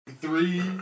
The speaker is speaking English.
Three